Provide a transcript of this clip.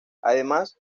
además